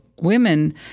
women